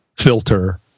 filter